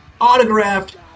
autographed